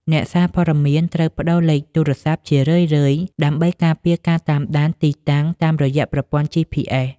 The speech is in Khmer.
អ្នកសារព័ត៌មានត្រូវប្តូរលេខទូរស័ព្ទជារឿយៗ ដើម្បីការពារការតាមដានទីតាំងតាមរយៈប្រព័ន្ធ GPS។